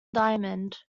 diamond